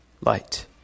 light